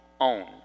own